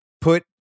put